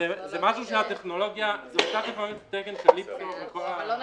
אנחנו לא נחכה שנתיים,